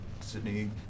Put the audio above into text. Sydney